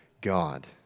God